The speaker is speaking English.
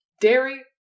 Dairy